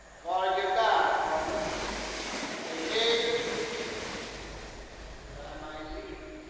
far you died for me they nail you to a tree that i might live